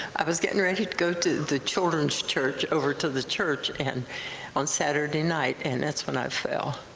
i was getting ready to go to the children's church over to the church and on saturday night, and that's when i fell.